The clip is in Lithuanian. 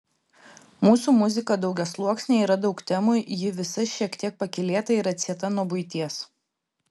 mūsų muzika daugiasluoksnė yra daug temų ji visa šiek tiek pakylėta ir atsieta nuo buities